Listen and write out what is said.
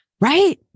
right